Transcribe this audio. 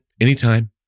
anytime